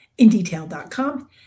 indetail.com